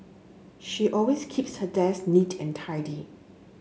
she always keeps her desk neat and tidy